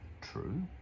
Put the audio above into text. true